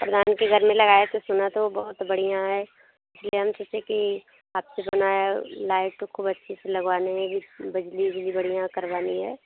प्रधान के घर में लगाए थे सुना था वो बहुत बढ़िया है इसलिए हम सोचे कि आपसे बनाया लाइट खूब अच्छे से लगवाना है बिजली ओजली बढ़िया करवानी है